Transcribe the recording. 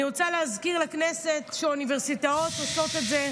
אני רוצה להזכיר לכנסת שאוניברסיטאות עושות את זה,